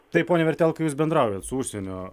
taip pone vertelka jūs bendraujat su užsienio